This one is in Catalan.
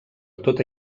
tota